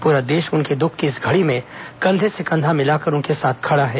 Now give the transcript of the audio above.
पूरा देश उनके दुःख की इस घड़ी में कंधे से कंधा मिलाकर उनके साथ खड़ा है